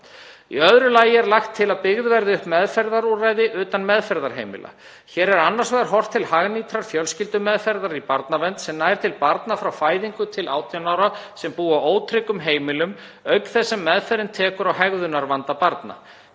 Í öðru lagi er lagt til að byggð verði upp meðferðarúrræði utan meðferðarheimila. Hér er annars vegar horft til hagnýtrar fjölskyldumeðferðar í barnavernd, sem nær til barna frá fæðingu til 18 ára sem búa á ótryggum heimilum auk þess sem meðferðin tekur á hegðunarvanda barna.